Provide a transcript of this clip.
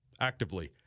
actively